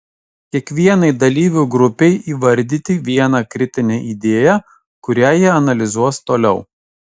kiekvienai dalyvių grupei įvardyti vieną kritinę idėją kurią jie analizuos toliau